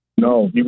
No